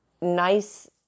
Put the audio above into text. Nice